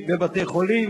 בבקשה, חבר הכנסת אורלב.